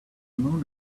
moon